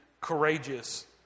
Courageous